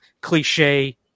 cliche